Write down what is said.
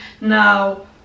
Now